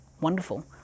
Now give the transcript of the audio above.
wonderful